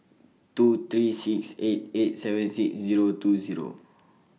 two three six eight eight seven six Zero two Zero